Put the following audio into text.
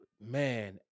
Man